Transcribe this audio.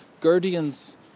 Guardian's